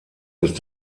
ist